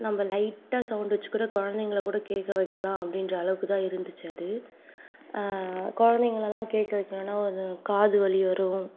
நம்ம லைட்டாக சௌண்ட் வச்சிக்கூட குழந்தைங்களக்கூட கேட்க வைக்கலாம் அப்படின்ற அளவுக்குதான் இருந்துச்சு அது குழந்தைங்களலாம் கேட்க வைக்கணும்னா ஒரு காதுவலி வரும்